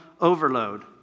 overload